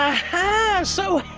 aha. so